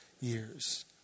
years